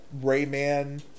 Rayman